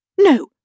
No